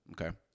Okay